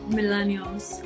Millennials